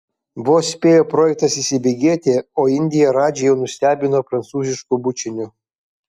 vos spėjo projektas įsibėgėti o indija radžį jau nustebino prancūzišku bučiniu